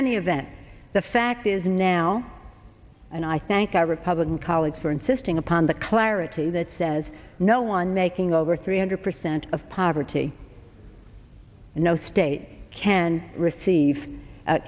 any event the fact is now and i thank our republican colleagues for insisting upon the clarity that says no one making over three hundred percent of poverty in no state can receive